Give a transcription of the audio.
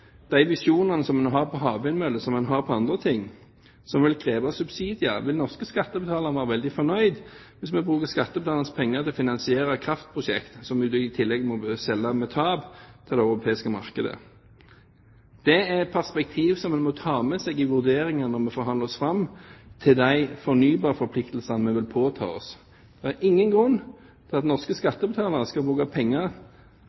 de visjonene som en har om havvindmøller, som man har om andre ting som vil kreve subsidier: Vil norske skattebetalere være veldig fornøyd hvis vi bruker skattebetalernes penger til å finansiere kraftprosjekt som vi i tillegg må selge med tap til det europeiske markedet? Det er perspektiv som en må ta med seg i vurderingen når vi forhandler oss fram til de fornybarforpliktelsene vi vil påta oss. Det er ingen grunn til at norske